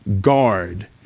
guard